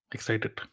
Excited